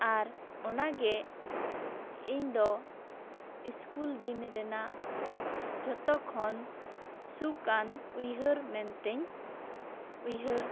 ᱟᱨ ᱚᱱᱟ ᱜᱮ ᱤᱧ ᱫᱚ ᱤᱥᱠᱩᱞ ᱫᱤᱱ ᱨᱮᱱᱟᱜ ᱡᱷᱚᱛᱚ ᱠᱷᱚᱱ ᱥᱩᱠ ᱟᱱ ᱩᱭᱦᱟᱹᱨ ᱢᱮᱱ ᱛᱤᱧ ᱩᱭᱦᱟᱹᱨ